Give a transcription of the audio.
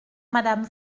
madame